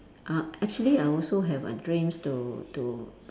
uh actually I also have a dreams to to